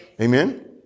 Amen